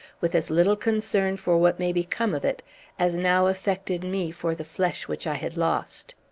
with as little concern for what may become of it as now affected me for the flesh which i had lost.